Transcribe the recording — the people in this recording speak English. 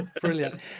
Brilliant